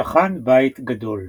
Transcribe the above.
שכן בית גדול.